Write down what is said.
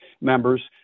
members